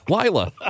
Lila